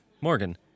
Morgan